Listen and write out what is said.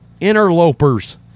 interlopers